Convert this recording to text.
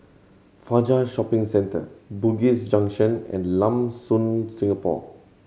Fajar Shopping Centre Bugis Junction and Lam Soon Singapore